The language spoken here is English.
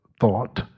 thought